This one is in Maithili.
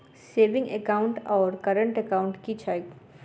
सेविंग एकाउन्ट आओर करेन्ट एकाउन्ट की छैक?